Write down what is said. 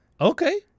Okay